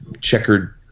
checkered